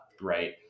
right